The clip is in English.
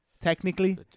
technically